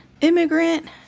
immigrant